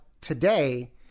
today